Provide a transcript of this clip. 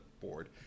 board